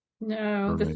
No